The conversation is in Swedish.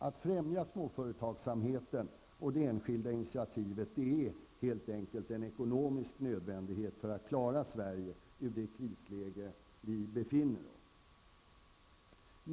Att främja småföretagsamheten och det enskilda initiativet är helt enkelt en ekonomisk nödvändighet för att klara Sverige ur det krisläge vi befinner oss i.